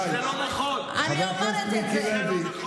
מה זה קשור, חבר הכנסת, מיקי לוי,